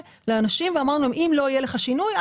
ואמרנו לאנשים שאם לא יהיה להם שינוי,